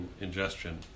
ingestion